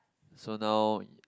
so now